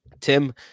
Tim